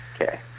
Okay